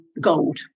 gold